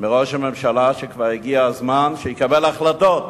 מראש הממשלה, כבר הגיע הזמן שיקבל החלטות.